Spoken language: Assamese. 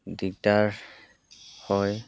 দিগদাৰ হয়